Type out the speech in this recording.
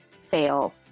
fail